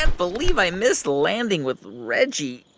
ah believe i missed landing with reggie.